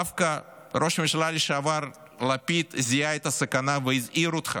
דווקא ראש הממשלה לשעבר לפיד זיהה את הסכנה והזהיר אותך,